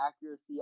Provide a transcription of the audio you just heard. Accuracy